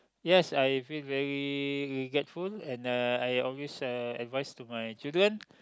yes I feel very regretful and I I always uh advise to my children